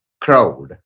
crowd